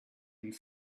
and